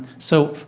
so,